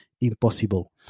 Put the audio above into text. impossible